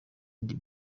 indi